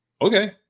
Okay